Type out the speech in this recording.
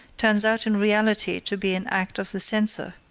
turns out in reality to be an act of the censor.